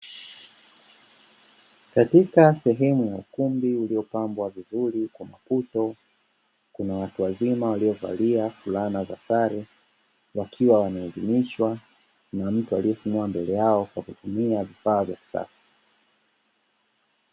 Katika sehemu ya ukumbi uliopambwa vizuri kwa maputo, kuna watu wazima wakiovalia fulana za sare, wakiwa wanaelilishwa na mtu aliyesimama mbele yao kwa akutumia vifaa vya kisasa.